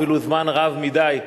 אפילו זמן רב מדי,